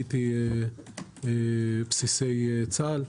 בסיסי צה"ל.